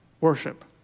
worship